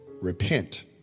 repent